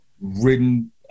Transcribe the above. written